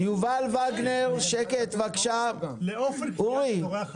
או שבכלל יגידו אני נותן רק תו חניה של הנכה,